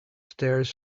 stairs